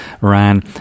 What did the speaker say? ran